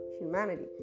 humanity